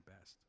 best